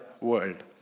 world